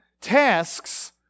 tasks